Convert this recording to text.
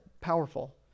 powerful